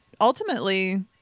ultimately